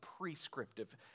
prescriptive